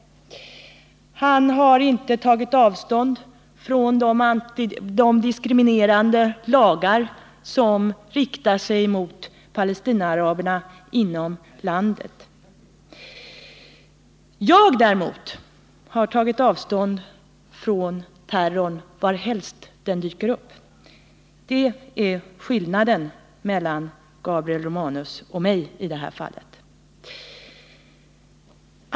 Han har inte heller tagit avstånd från de diskriminerande lagar som är riktade mot Palestinaaraberna inom landet. Jag däremot har tagit avstånd från terror varhelst den dyker upp. Det är skillnaden mellan Gabriel Romanus och mig i det avseendet.